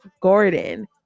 Gordon